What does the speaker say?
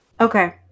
Okay